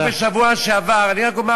רק בשבוע שעבר, אני רק אומר